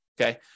Okay